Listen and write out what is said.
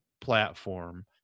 platform